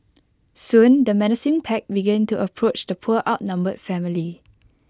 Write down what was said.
soon the menacing pack began to approach the poor outnumbered family